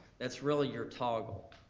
that's really your toggle,